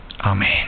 Amen